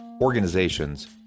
organizations